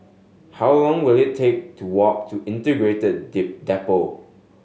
how long will it take to walk to Integrated Depot